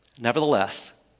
Nevertheless